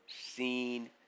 seen